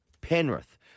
Penrith